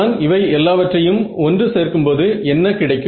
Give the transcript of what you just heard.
நான் இவை எல்லாவற்றையும் ஒன்று சேர்க்கும்போது என்ன கிடைக்கும்